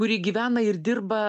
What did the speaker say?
kuri gyvena ir dirba